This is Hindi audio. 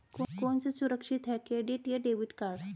कौन सा सुरक्षित है क्रेडिट या डेबिट कार्ड?